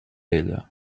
ella